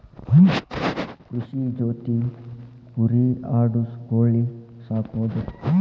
ಕೃಷಿ ಜೊತಿ ಕುರಿ ಆಡು ಕೋಳಿ ಸಾಕುದು